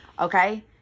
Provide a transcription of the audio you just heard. Okay